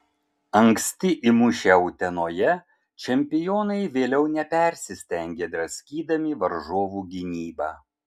anksti įmušę utenoje čempionai vėliau nepersistengė draskydami varžovų gynybą